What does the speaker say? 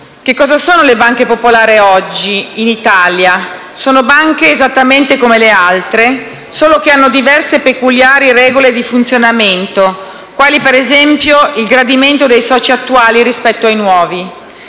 Che cosa sono le banche popolari oggi in Italia? Sono banche esattamente come le altre, solo che hanno diverse peculiari regole di funzionamento, quali per esempio il gradimento dei soci attuali rispetto ai nuovi.